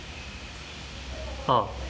oh